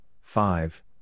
five